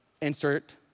insert